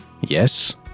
Yes